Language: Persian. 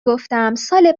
گفتم، سال